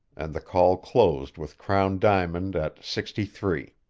and the call closed with crown diamond at sixty-three.